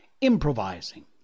improvising